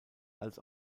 als